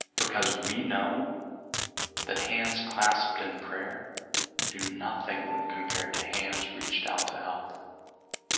because we know that hands clasped and prayer do nothing when compared to hands reached out to health